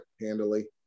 handily